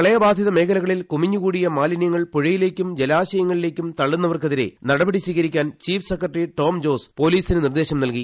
പ്രളയബാധിത മേഖല്ല്ക്ക്ളിൽ കുമിഞ്ഞുകൂടിയ മാലിനൃങ്ങൾ പുഴയിലേയ്ക്കും ് ജല്ഉശയങ്ങളിലേയ്ക്കും തള്ളുന്നവർക്കെതിരെ നടപ്പട്ടു സ്വീകരിക്കാൻ ചീഫ് സെക്രട്ടറി ടോം ജോസ് പോലീസിന് നിർദ്ദേശം നൽകി